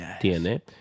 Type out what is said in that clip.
tiene